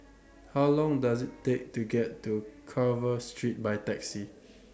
How Long Does IT Take to get to Carver Street By Taxi